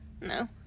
No